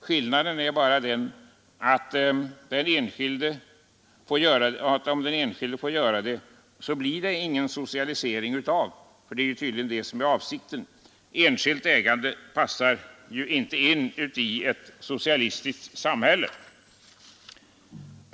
Skillnaden är bara den att om den enskilde får göra det, så blir det ingen socialisering — men det är tydligen det som är avsikten. Enskilt ägande passar inte in i ett socialistiskt samhälle.